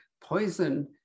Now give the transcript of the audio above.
Poison